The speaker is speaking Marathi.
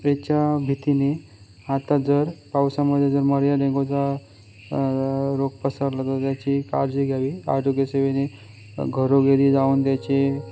त्याच्या भीतीने आता जर पावसामध्ये जर डेंगूचा रोग पसरला तर त्याची काळजी घ्यावी आरोग्य सेवेने घरोघरी जाऊन त्याची